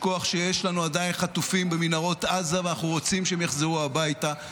שיש לנו עדיין חטופים במנהרות עזה ואנחנו רוצים שהם יחזרו הביתה.